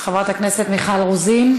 חברת הכנסת מיכל רוזין,